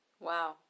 Wow